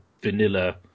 vanilla